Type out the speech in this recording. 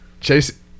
Chase